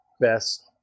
best